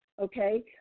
Okay